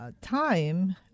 time